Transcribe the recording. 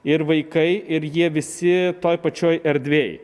ir vaikai ir jie visi toj pačioj erdvėj